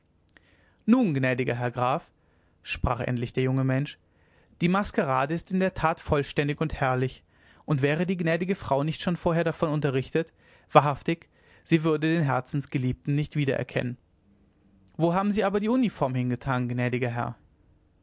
nun gnädiger herr graf sprach endlich der junge mensch die maskerade ist in der tat vollständig und herrlich und wäre die gnädige frau nicht schon vorher davon unterrichtet wahrhaftig sie würde den herzensgeliebten nicht wiedererkennen wo haben sie aber die uniform hingetan gnädiger herr